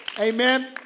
Amen